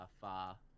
far